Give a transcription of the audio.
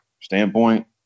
standpoint